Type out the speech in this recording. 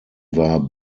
war